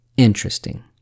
Interesting